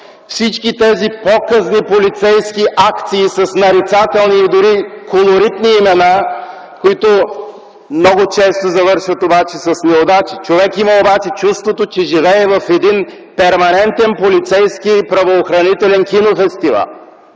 всички тези показни полицейски акции с нарицателни и дори колоритни имена, които обаче много често завършват с неудачи. Човек обаче има чувството, че живее в един перманентен полицейски и правоохранителен кинофестивал.